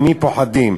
ממי פוחדים?